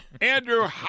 Andrew